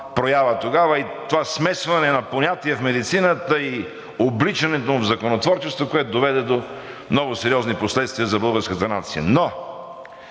проява тогава и това смесване на понятия в медицината и обличането му в законотворчество, което доведе до много сериозни последствия за българската нация. Но